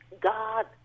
God